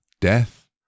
death